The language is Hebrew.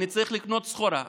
אני צריך לקנות סחורה,